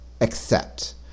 accept